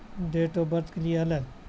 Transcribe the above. date of birth کے لیے الگ